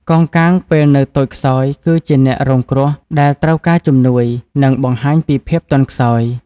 កោងកាងពេលនៅតូចខ្សោយគឺជាអ្នករងគ្រោះដែលត្រូវការជំនួយ និងបង្ហាញពីភាពទន់ខ្សោយ។